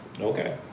okay